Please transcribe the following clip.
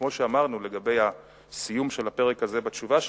כמו שאמרנו, לגבי הסיום של הפרק הזה בתשובה שלי,